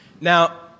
Now